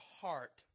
heart